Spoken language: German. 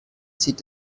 sieht